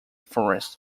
forest